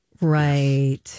Right